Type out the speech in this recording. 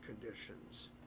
conditions